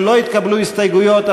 לא התקבלו הסתייגויות,